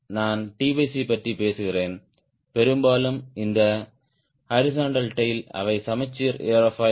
நான் பற்றி பேசுகிறேன் பெரும்பாலும் இந்த ஹாரிஸ்ன்ட்டல் டேய்ல் அவை சமச்சீர் ஏர்ஃபாயில்